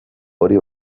hori